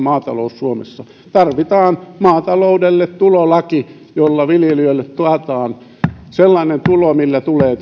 maatalous suomessa maataloudelle tarvitaan tulolaki jolla viljelijöille taataan sellainen tulo millä tulee